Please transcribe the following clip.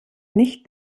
nicht